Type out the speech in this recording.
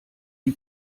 die